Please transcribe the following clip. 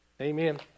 amen